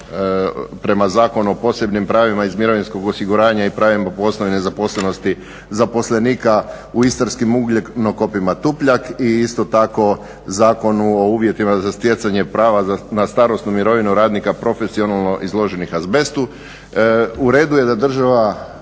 prema Zakonu o posebnim pravima iz mirovinskog osiguranja i pravima poslovne nezaposlenosti zaposlenika u istarskim Ugljenokopima Tupljak i isto tako zakonu o uvjetima za stjecanje prava na starosnu mirovinu radnika profesionalno izloženih azbestu.